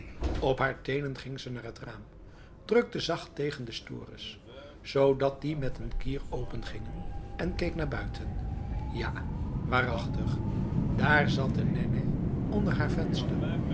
op haar tenen ging ze naar het raam drukte zacht tegen de stores zodat die met n kier opengingen en keek naar buiten ja waarachtig daar zat de nènèh onder haar venster